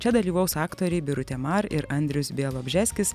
čia dalyvaus aktoriai birutė mar ir andrius bialobžeskis